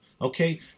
Okay